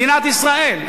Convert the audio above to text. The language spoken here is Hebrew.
מדינת ישראל,